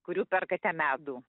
kurių perkate medų